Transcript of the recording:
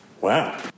Wow